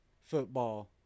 football